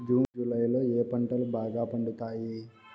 June July లో ఏ పంటలు బాగా పండుతాయా?